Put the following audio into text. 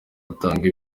atanga